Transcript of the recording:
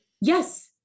Yes